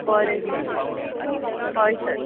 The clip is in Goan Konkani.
बरें सर हय सर